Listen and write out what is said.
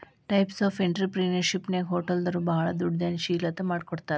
types of ಎನ್ಟ್ರಿಪ್ರಿನಿಯರ್ಶಿಪ್ನ್ಯಾಗ ಹೊಟಲ್ದೊರು ಭಾಳ್ ದೊಡುದ್ಯಂಶೇಲತಾ ಮಾಡಿಕೊಡ್ತಾರ